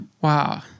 Wow